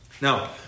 Now